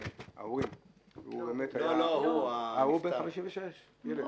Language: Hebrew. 56. ילד.